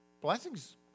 Blessings